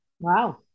wow